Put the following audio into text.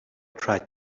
tried